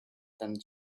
than